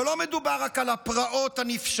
אבל לא מדובר רק על הפרעות הנפשעות